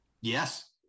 yes